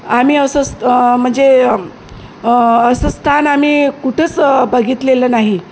आम्ही असंच म्हणजे असं स्थान आम्ही कुठंच बघितलेलं नाही